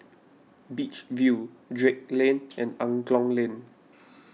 Beach View Drake Lane and Angklong Lane